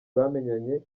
bamenyanye